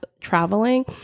traveling